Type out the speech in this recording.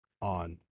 on